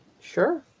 Sure